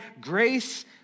grace